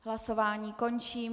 Hlasování končím.